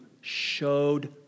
showed